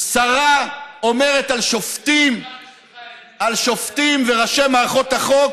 שרה אומרת על שופטים וראשי מערכות החוק